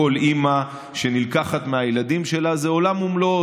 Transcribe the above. כל אימא שנלקחת מהילדים שלה זה עולם ומלואו,